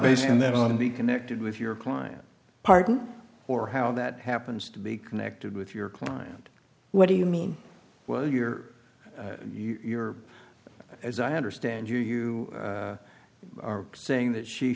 and that ought to be connected with your client pardon or how that happens to be connected with your client what do you mean well you're you are as i understand you you are saying that she